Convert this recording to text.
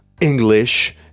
English